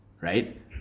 Right